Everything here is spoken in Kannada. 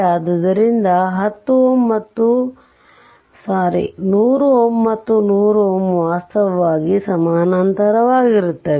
ಆದ್ದರಿಂದ ಈ 100 Ω ಮತ್ತು 100 Ω ವಾಸ್ತವವಾಗಿ ಸಮಾನಾಂತರವಾಗಿರುತ್ತವೆ